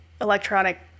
electronic